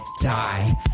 die